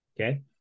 okay